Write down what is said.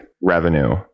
revenue